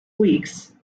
weeks